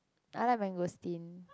I like mangosteen